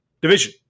division